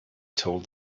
told